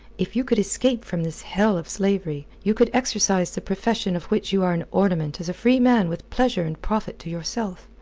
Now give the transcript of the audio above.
if you could escape from this hell of slavery, you could exercise the profession of which you are an ornament as a free man with pleasure and profit to yourself.